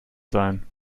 sein